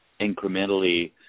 incrementally